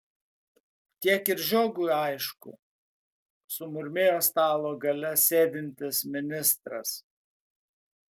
tiek ir žiogui aišku sumurmėjo stalo gale sėdintis ministras